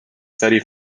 thirty